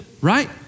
right